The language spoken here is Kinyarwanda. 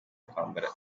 kwambara